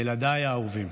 ילדיי האהובים,